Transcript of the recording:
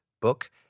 book